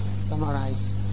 summarize